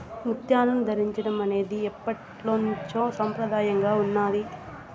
ముత్యాలను ధరించడం అనేది ఎప్పట్నుంచో సంప్రదాయంగా ఉన్నాది